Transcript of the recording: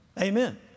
Amen